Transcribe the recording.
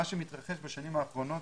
מה שמתרחש בשנים האחרונות